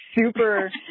super